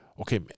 okay